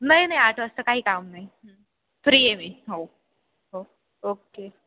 नाही नाही आठ वाजता काही काम नाही फ्री आहे मी हो हो ओक्के